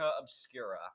obscura